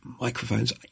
microphones